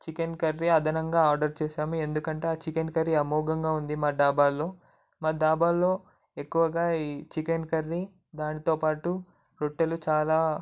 chicken curry అదనంగా order చేసాము ఎందుకంటే ఆ చికెన్ కర్రీ అమోఘంగా ఉంది మా డాబాలో మా డాబాలో ఎక్కువగా చికెన్ కర్రీ దానితో పాటు రొట్టెలు చాలా